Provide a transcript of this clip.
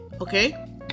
okay